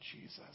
Jesus